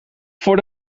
voor